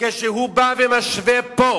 כשהוא בא ומשווה פה,